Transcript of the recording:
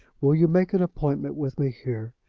will you make an appointment with me here,